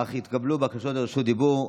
אך התקבלו בקשות לרשות דיבור.